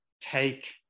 take